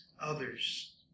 others